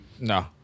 No